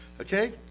Okay